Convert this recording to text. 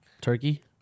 Turkey